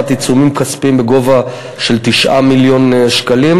עיצומים כספיים בגובה של 9 מיליון שקלים,